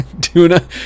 Tuna